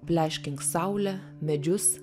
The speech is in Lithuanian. pleškink saulę medžius